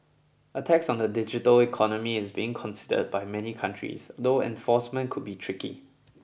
a tax on the digital economy is being considered by many countries although enforcement could be tricky